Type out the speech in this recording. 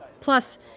Plus